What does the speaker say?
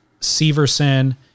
Severson